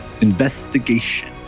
Investigation